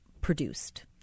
produced